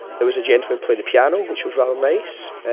there was a gentleman playing the piano, which was rather nice.